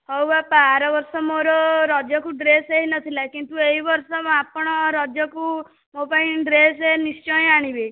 ହଉ ବାପା ଆର ବର୍ଷ ମୋର ରଜକୁ ଡ୍ରେସ୍ ହୋଇନଥିଲା କିନ୍ତୁ ଏହି ବର୍ଷ ଆପଣ ରଜକୁ ମୋ ପାଇଁ ଡ୍ରେସ୍ ନିଶ୍ଚୟ ଆଣିବେ